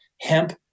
hemp